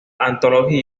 antología